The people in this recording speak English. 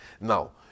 Now